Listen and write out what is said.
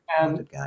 And-